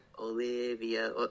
Olivia